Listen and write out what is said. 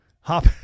Hop